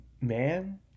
man